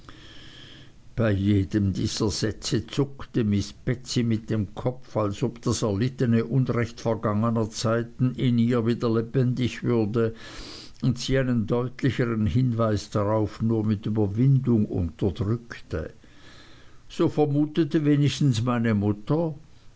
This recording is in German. bei jedem dieser sätze zuckte miß betsey mit dem kopf als ob das erlittene unrecht vergangener zeiten in ihr wieder lebendig würde und sie einen deutlicheren hinweis darauf nur mit überwindung unterdrückte so vermutete wenigstens meine mutter